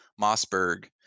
mossberg